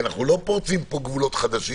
כי אנחנו לא פורצים פה גבולות חדשים,